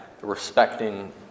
respecting